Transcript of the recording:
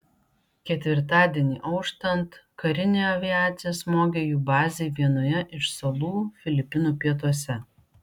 ketvirtadienį auštant karinė aviacija smogė jų bazei vienoje iš salų filipinų pietuose